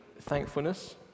thankfulness